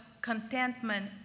contentment